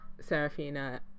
Serafina